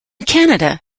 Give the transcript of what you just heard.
canada